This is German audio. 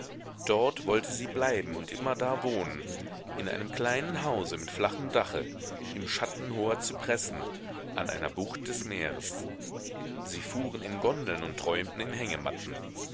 dort wollte sie bleiben und immerdar wohnen in einem kleinen hause mit flachem dache im schatten hoher zypressen an einer bucht des meeres sie fuhren in gondeln und träumten in hängematten